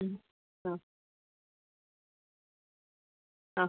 ഉം ആ ആ